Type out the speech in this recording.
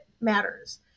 matters